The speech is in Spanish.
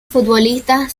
futbolistas